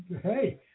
Hey